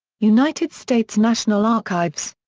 united states national archives.